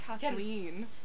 kathleen